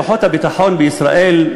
כוחות הביטחון בישראל,